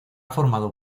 formado